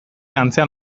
antzean